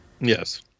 Yes